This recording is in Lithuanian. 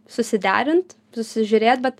susiderint susižiūrėt bet